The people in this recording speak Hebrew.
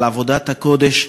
על עבודת הקודש,